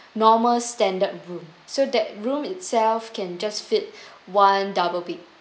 normal standard room so that room itself can just fit one double bed